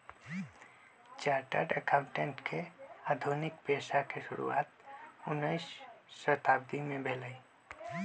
chartered accountant के आधुनिक पेशा के शुरुआत उनइ शताब्दी में भेलइ